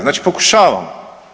Znači pokušavamo.